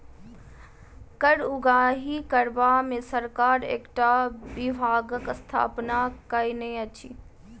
कर उगाही करबा मे सरकार एकटा विभागक स्थापना कएने अछि